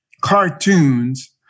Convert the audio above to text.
cartoons